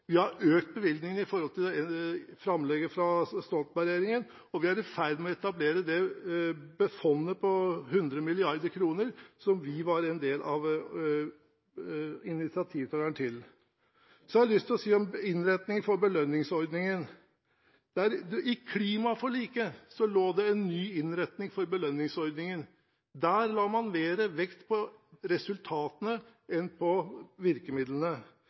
Vi har økt bevilgningene i forhold til framlegget fra Stoltenberg-regjeringen, og vi er i ferd med å etablere fondet på 100 mrd. kr, som vi var en del av initiativtakerne til. Så har jeg lyst til å si om innretningen på belønningsordningen: I klimaforliket lå det en ny innretning på belønningsordningen. Der la man mer vekt på resultatene enn på virkemidlene.